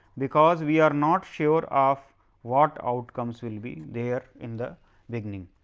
because we are not sure of what outcomes will be there in the beginning.